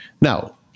now